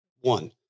one